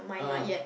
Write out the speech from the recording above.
ah